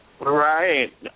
right